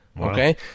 Okay